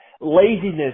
laziness